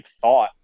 thought